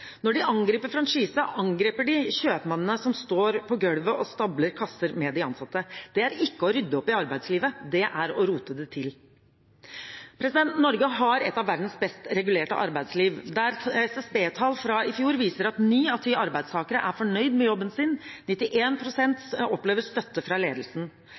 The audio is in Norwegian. Når de angriper franchise, angriper de kjøpmennene som står på gulvet og stabler kasser med de ansatte. Det er ikke å rydde opp i arbeidslivet. Det er å rote det til. Norge har et av verdens best regulerte arbeidsliv. SSB-tall fra i fjor viser at ni av ti arbeidstakere er fornøyd med jobben sin. 91 pst. opplever støtte fra ledelsen.